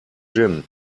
gin